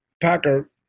Packer